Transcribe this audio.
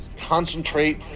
concentrate